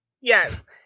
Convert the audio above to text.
yes